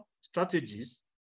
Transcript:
strategies